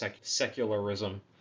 secularism